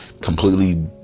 completely